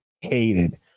hated